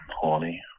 Horny